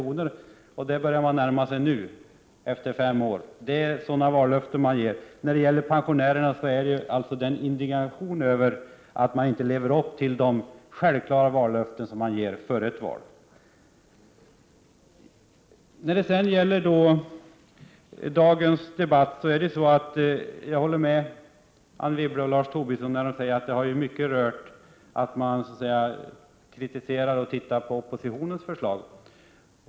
om dagen, och det börjar man närma sig först nu efter fem år. Indignationen beträffande pensionärerna gäller alltså att man inte lever upp till det solklara löfte som man givit före ett val. I dagens debatt håller jag med Anne Wibble och Lars Tobisson, när de säger att den i mycket innehållit en granskning och en kritik av oppositionens förslag.